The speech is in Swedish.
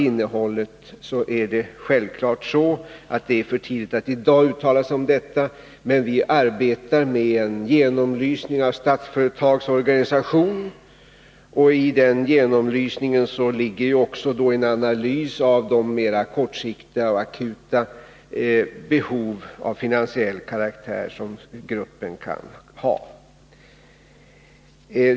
Det är självfallet för tidigt att i dag uttala sig om innehållet, men vi arbetar med en genomlysning av Statsföretags organisation, och i den genomlysningen ligger också en analys av de mer kortsiktiga och akuta behov av finansiell karaktär som gruppen kan ha.